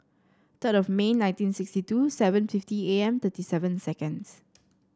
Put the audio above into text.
third of May nineteen sixty two seven fifty A M thirty seven seconds